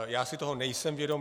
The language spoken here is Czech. Já si toho nejsem vědom.